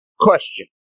Question